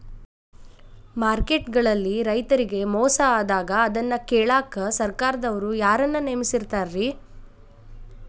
Market ಗಳಲ್ಲಿ ರೈತರಿಗೆ ಮೋಸ ಆದಾಗ ಅದನ್ನ ಕೇಳಾಕ್ ಸರಕಾರದವರು ಯಾರನ್ನಾ ನೇಮಿಸಿರ್ತಾರಿ?